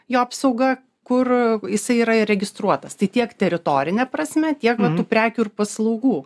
jo apsauga kur jisai yra įregistruotas tai tiek teritorine prasme tiek va tų prekių ir paslaugų